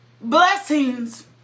blessings